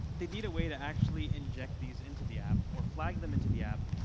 they need a way to actually inject these into the app or flag them into the app,